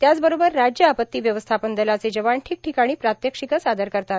त्याचबरोबर राज्य आपत्ती व्यवस्थापन दलाचे जवान ीठक ीठकाणी प्रात्यक्षिकं सादर करतात